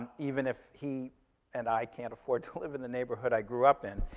even if he and i can't afford to live in the neighborhood i grew up in.